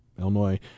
Illinois